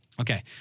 Okay